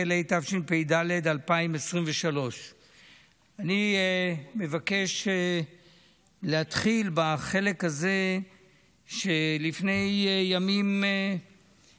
התשפ"ד 2023. אני מבקש להתחיל בחלק הזה שלפני ימים לא קצרים